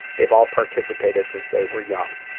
they've all participated since they were young.